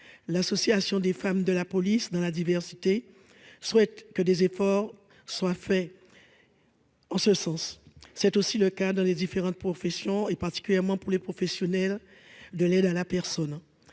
l'association des femmes de la police dans la diversité, souhaite que des efforts soient faits en ce sens, c'est aussi le cas dans les différentes professions et particulièrement pour les professionnels de l'aide à la personne,